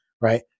Right